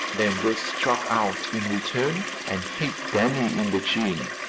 then bert struck out in return and hit danny in the chin.